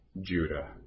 Judah